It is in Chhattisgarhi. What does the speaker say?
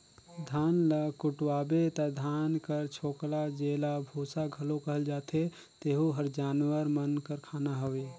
धान ल कुटवाबे ता धान कर छोकला जेला बूसा घलो कहल जाथे तेहू हर जानवर मन कर खाना हवे